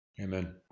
Amen